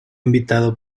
invitado